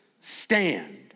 stand